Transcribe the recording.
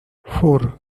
four